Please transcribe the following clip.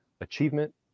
achievement